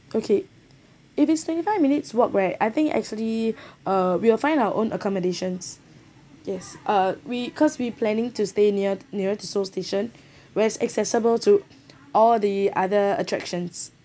okay if it's twenty-five minutes walkway I think actually uh we will find our own accommodations yes uh we cause we planning to stay near near to seoul station where's accessible to all the other attractions